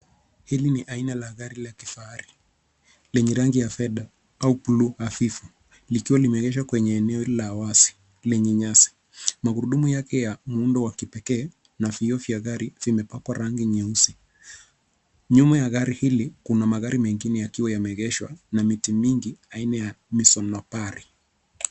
Hili ni aina ya gari ya kifahari lenye rangi ya fedha au bluu hafifu likiwa limeegeshwa kwenye eneo la wazi lenye nyasi. Magurudumu yake ya muundo wa kipekee na vioo za gari zimepakwa rangi nyeusi. Nyuma ya gari hili kuna magari mengine yakiwa yameegeshwa na miti mingi aina ya misonobari.